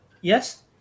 Yes